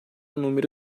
número